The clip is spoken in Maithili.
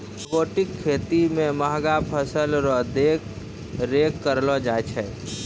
रोबोटिक खेती मे महंगा फसल रो देख रेख करलो जाय छै